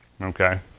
Okay